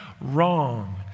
wrong